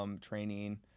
training